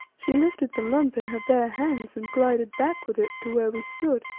she lifted the lump in her bare hands and glided back with it to where we stood,